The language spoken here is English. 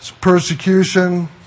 persecution